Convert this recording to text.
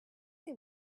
they